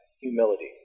humility